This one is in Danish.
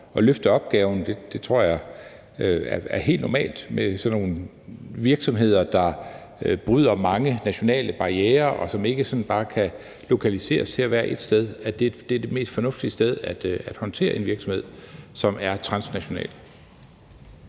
at løfte opgaven. Det tror jeg er helt normalt med sådan nogle virksomheder, der bryder mange nationale barrierer, og som ikke bare kan lokaliseres til at være ét sted, og så er det det mest fornuftige sted at håndtere en virksomhed, som er transnational.